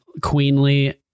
queenly